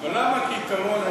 אבל למה כעיקרון,